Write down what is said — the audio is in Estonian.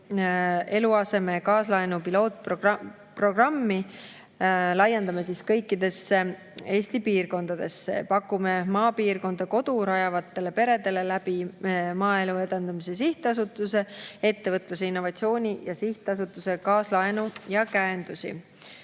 eluaseme kaaslaenu pilootprogrammi laiendame kõikidesse Eesti piirkondadesse. Pakume maapiirkonda kodu rajavatele peredele Maaelu Edendamise Sihtasutuse, Ettevõtluse ja Innovatsiooni Sihtasutuse kaudu kaaslaenu ja käendusi.